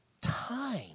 time